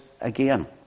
again